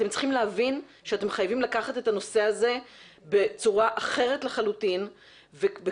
אתם צריכים להבין שאתם חייבים לקחת את הנושא הזה בצורה אחרת לחלוטין ובכל